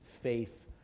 faith